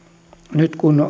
nyt kun